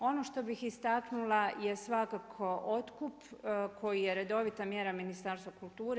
Ono što bih istaknula je svakako otkup koji je redovita mjera Ministarstva kulture.